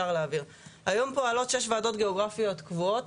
היום פועלות שש ועדות גיאוגרפיות קבועות.